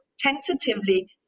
Tentatively